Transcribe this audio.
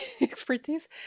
expertise